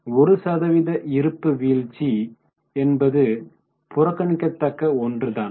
1 சதவீத இருப்பு வீழ்ச்சி என்பது புறக்கணிக்கத்தக்க ஒன்றுதான்